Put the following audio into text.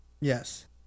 yes